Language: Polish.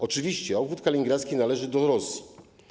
Oczywiście, obwód kaliningradzki należy do Rosji.